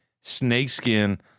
snakeskin